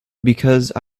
because